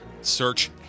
search